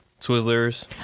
Twizzlers